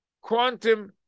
quantum